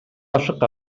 ашык